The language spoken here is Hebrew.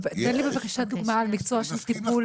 תן לי בבקשה דוגמה על מקצוע של טיפול -- יש,